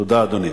תודה, אדוני.